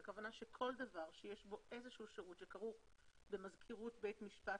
הכוונה שכל דבר שישבו איזשהו שירות שכרוך במזכירות בית משפט,